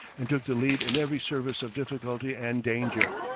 and took the lead in every service of difficulty and danger.